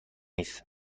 است